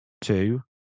two